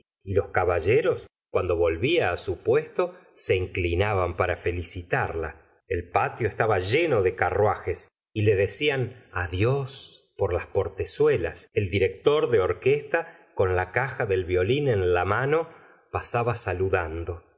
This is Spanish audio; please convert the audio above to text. o caballeros cuando volvía á su puesto se inclinaban para felicitarla el patio estaba lleno de carruajes y le decían adios por las portezuelas el director de orquesta con la caja del violín en la mano pasaba saludando